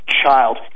child